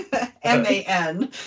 M-A-N